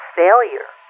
failure